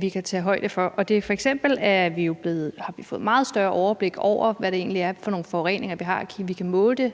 vi kan tage højde for. F.eks. har vi fået et meget større overblik over, hvad det egentlig for nogle forureninger, vi har, fordi vi kan måle det